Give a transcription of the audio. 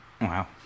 Wow